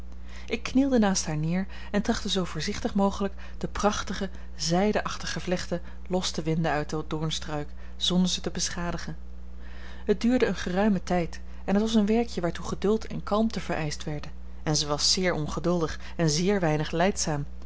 ik knielde naast haar neer en trachtte zoo voorzichtig mogelijk de prachtige zijdeachtige vlechten los te winden uit den doornstruik zonder ze te beschadigen het duurde een geruimen tijd en het was een werkje waartoe geduld en kalmte vereischt werden en zij was zeer ongeduldig en zeer weinig